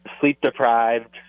sleep-deprived